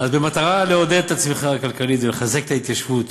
במטרה לעודד צמיחה כלכלית ולחזק את ההתיישבות